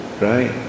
Right